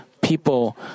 people